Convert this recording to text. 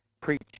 preach